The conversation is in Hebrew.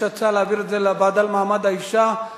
יש הצעה להעביר את זה לוועדה למעמד האשה.